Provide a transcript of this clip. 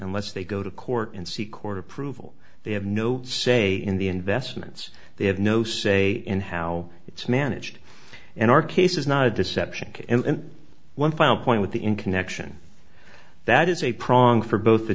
unless they go to court and seek court approval they have no say in the investments they have no say in how it's managed and our case is not a deception and one final point with the in connection that is a prong for both the